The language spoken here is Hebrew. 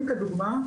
ההשכלה,